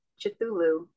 Cthulhu